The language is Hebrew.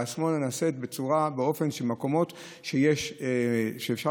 והפנייה שמאלה נעשית באופן ובמקומות שאפשר